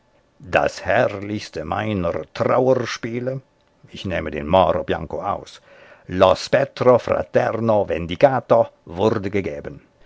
das herrlichste meiner trauerspiele ich nehme den moro bianco aus lo spettro fraterno vendicato wurde gegeben